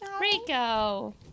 Rico